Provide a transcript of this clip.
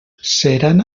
seran